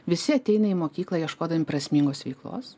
visi ateina į mokyklą ieškodami prasmingos veiklos